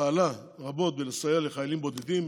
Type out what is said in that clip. פעלה רבות לסייע לחיילים בודדים.